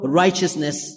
righteousness